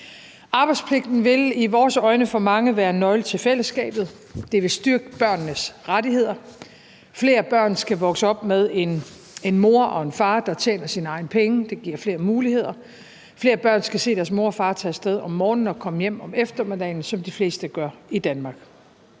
Arbejdspligten vil i vores øjne være en nøgle til fællesskabet for mange. Den vil styrke børnenes rettigheder. Flere børn skal vokse op med en mor og en far, der tjener deres egne penge; det giver flere muligheder. Flere børn skal se deres mor og far tage af sted om morgenen og komme hjem om eftermiddagen, som de fleste gør i Danmark.